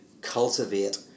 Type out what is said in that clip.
cultivate